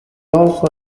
also